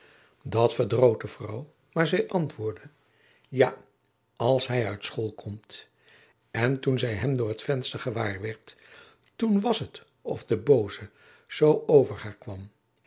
dat verdroot de vrouw maar zij antwoordde ja als hij uit school komt en toen zij hem door het venster gewaar werd toen was het of de booze zoo over haar kwam